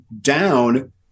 down